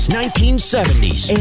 1970s